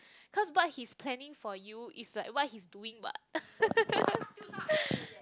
because what he's planning for you is like what he's doing what